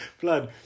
Blood